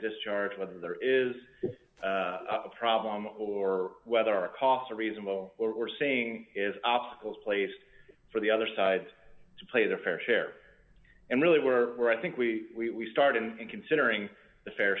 discharge whether there is a problem or whether our costs are reasonable or saying is obstacles placed for the other side to play their fair share and really were i think we started considering the fair